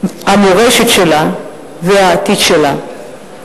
המורשת שלה והעתיד שלה.